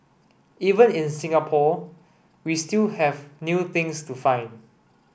even in Singapore we still have new things to find